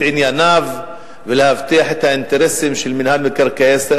ענייניו ולהבטיח את האינטרסים של מינהל מקרקעי ישראל,